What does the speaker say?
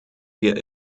wir